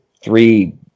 three